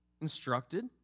instructed